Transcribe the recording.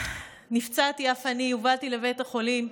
נפצעתי אף אני ובאתי לבית החולים.